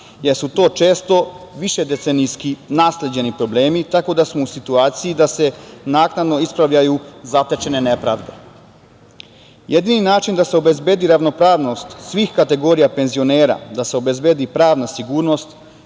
jer su to često višedecenijski i nasleđeni problemi, tako da smo u situaciji da se naknadno ispravljaju zatečene nepravde. Jedini način da se obezbedi ravnopravnost svih kategorija penzionera, da se obezbedi pravna sigurnost,